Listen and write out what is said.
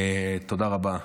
תודה רבה.